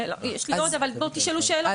יש לי עוד, אבל תשאלו שאלות ואענה.